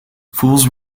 fools